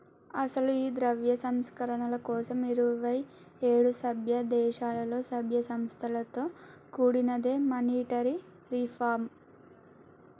అసలు ఈ ద్రవ్య సంస్కరణల కోసం ఇరువైఏడు సభ్య దేశాలలో సభ్య సంస్థలతో కూడినదే మానిటరీ రిఫార్మ్